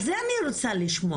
על זה אני רוצה לשמוע.